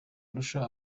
arusha